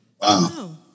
Wow